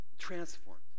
transformed